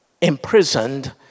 imprisoned